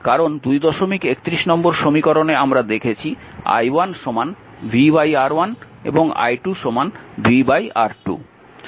কারণ 231 নম্বর সমীকরণে আমরা দেখেছি i1 vR1 এবং i2 v R2